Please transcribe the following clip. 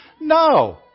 No